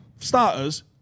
starters